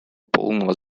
полного